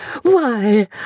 Why